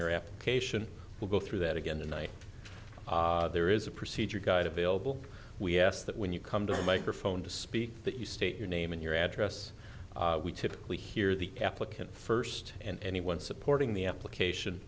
your application will go through that again tonight there is a procedure guide available we ask that when you come to the microphone to speak that you state your name and your address we typically hear the applicant first and anyone supporting the application